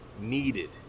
needed